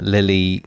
Lily